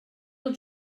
del